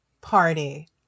Party